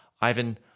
Ivan